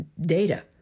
data